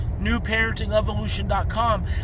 NewParentingEvolution.com